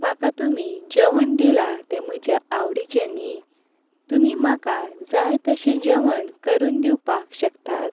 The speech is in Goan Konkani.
म्हाका तुमी जेवण दिलां तें म्हज्या आवडीचें न्ही तुमी म्हाका जाय तशें जेवण करून दिवपाक शकतात